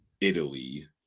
Italy